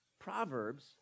Proverbs